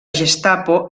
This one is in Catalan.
gestapo